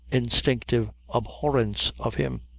instinctive abhorrence of him.